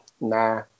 nah